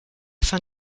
fin